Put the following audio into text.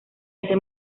ese